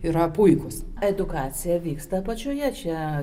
yra puikūs edukacija vyksta apačioje čia